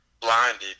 blinded